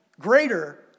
greater